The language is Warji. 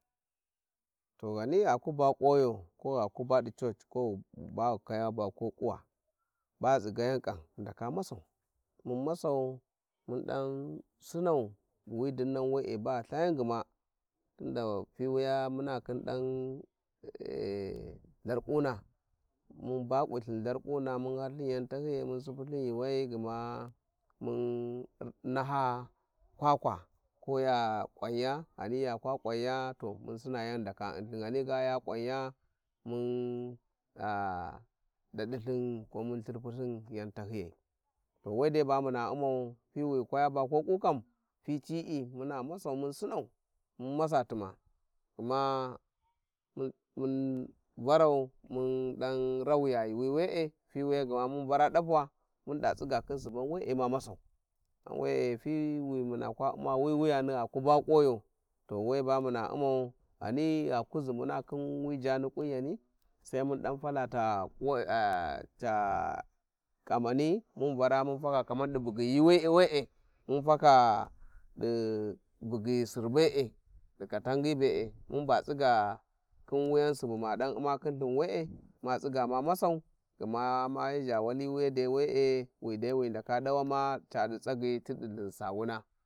﻿To ghani gha ku ba kuwayo gha ba adi church ko gha ba ghi kwaya ba ko kuwa ba ghi tsigayan Kam ghi ndaka masau mun masau mun dan Sinau di wi din nan we`e ba ghi thayan gma tunda fiwiya muna khin dan ch-Charkuna mun ba kawi lthin Charkuna mun halthın yan tahyiyai mun sipyilthin yuuwai gma mun naha kwakwa ko ya kwanya, ghani ya kwa kwanya to mun sina yan ghi ndaka Unithin ghani ga ya kwanya mun-ah dadi thin komun thir pulthin yan tahyiyai to we de ba muna u`mau, fiwighi kwaya ba koku kam ficii muna masau mun sinau mun Masa tama gma mun-mun varau mun dan rawija yuuwi we`e fintya gma mun vara dapuwa mun da tsiga khin Suban we`e ma masau, ghan we`e fiwi muna kwa u`ma wuyani gha kuba kawau o to we ba muna u`mau ghani gha kuzi muna khin wi jaani kunyani sai mun da fala ta kuwa-ah-ca-kamani mun vara mun faka kaman di bugyi yuuwi Wee mun faka di bugyi sir be`e di Katangyi mun ba tsiga khin wuyan Subu madan u`ma khin lthin we`e ma tsiga ma masau gma ma zhi-zhs wali wuya dai we`e wi dai wi ndaka dawa ma cadi tsagyi ti lhinsawuna.